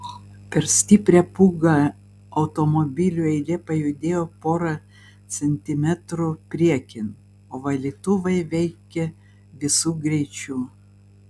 per stiprią pūgą automobilių eilė pajudėjo porą centimetrų priekin o valytuvai veikė visu greičiu